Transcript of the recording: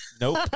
Nope